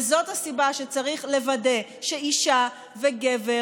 וזאת הסיבה שצריך לוודא שאישה וגבר